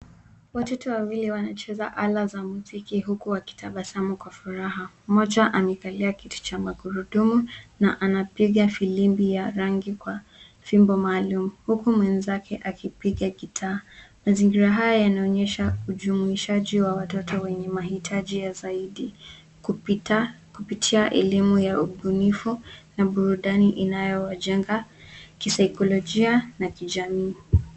Watoto wawili wanacheza ala za muziki huku wakitabasamu kwa furaha. Mmoja amekalia kiti cha magurudumu, na anapiga filimbi ya rangi kwa fimbo maalum, huku mwenzake akipiga gitaa. Mazingira haya yanaonyesha ujumuishaji wa watoto wenye mahitaji ya zaidi, kupitia elimu ya ubunifu na burudani inayowajenga, kisaikolojia na kijamii.